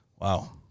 Wow